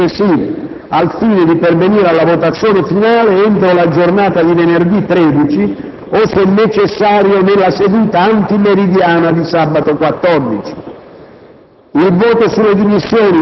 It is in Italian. e proseguiranno nelle giornate successive, al fine di pervenire alla votazione finale entro la giornata dì venerdì 13 o - se necessario - nella seduta antimeridiana di sabato 14.